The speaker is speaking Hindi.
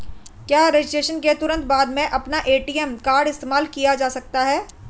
क्या रजिस्ट्रेशन के तुरंत बाद में अपना ए.टी.एम कार्ड इस्तेमाल किया जा सकता है?